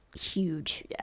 huge